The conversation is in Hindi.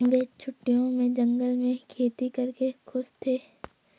वे छुट्टियों में जंगल में खेती करके खुश थे